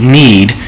need